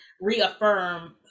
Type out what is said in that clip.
reaffirm